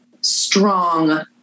strong